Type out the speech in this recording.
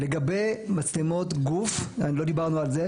לגבי מצלמות גוף, לא דיברנו על זה.